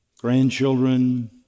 grandchildren